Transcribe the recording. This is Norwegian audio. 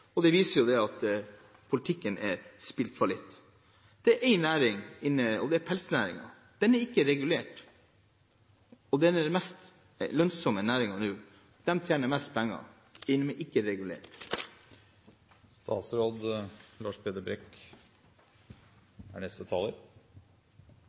regjering. Det viser jo at politikken har spilt fallitt. Det er én næring som ikke er regulert, og det er pelsdyrnæringen, og det er den mest lønnsomme næringen nå. Den tjener mest penger, og den er ikke regulert. Det representanten Tetzschner tar opp, er